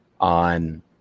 on